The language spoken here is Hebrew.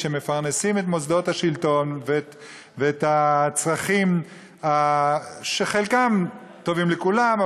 שמפרנסים את מוסדות השלטון ואת הצרכים שחלקם טובים לכולם,